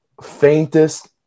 faintest